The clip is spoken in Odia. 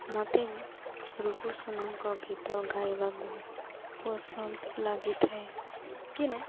ମୋତେ ରୁକୁସୁନାଙ୍କ ଗୀତ ଗାଇବାକୁ ପସନ୍ଦ ଲାଗିଥାଏ କି ନା